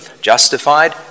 justified